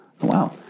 Wow